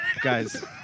Guys